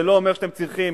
זה לא אומר שאתם צריכים